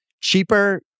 Cheaper